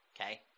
Okay